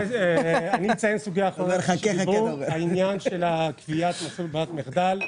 אני אציין סוגייה אחרונה: העניין של קביעת מסלול ברירת המחדל.